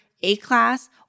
A-class